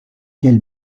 quel